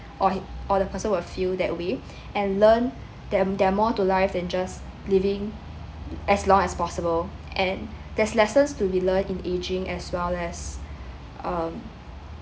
or he or the person would feel that way and learn the~ there are more to life than just living as long as possible and there's lessons to be learned in aging as well as um